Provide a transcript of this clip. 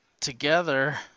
Together